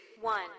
one